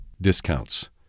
discounts